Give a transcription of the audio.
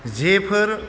जेफोर